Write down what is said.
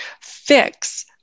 fix